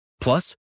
Plus